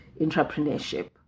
entrepreneurship